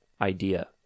idea